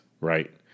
right